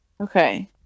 Okay